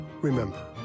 Remember